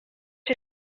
his